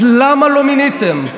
אז למה לא מיניתם?